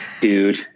dude